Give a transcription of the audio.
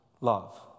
love